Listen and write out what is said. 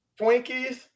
twinkies